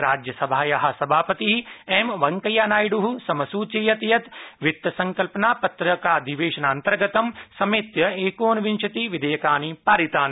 राज्यसभायाः सभापतिः एम वेंक्खि नायड़ः समसूचयत् वित्तसंकल्पनापत्रकाधिवेशनान्तर्गतं समेत्य एकोन विंशति विधेयकानि पारितानि